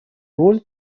роль